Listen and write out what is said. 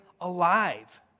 alive